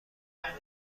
مجموعه